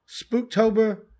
spooktober